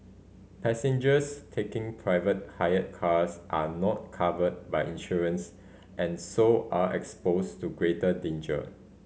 passengers taking private hire cars are not covered by insurance and so are exposed to greater danger